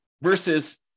versus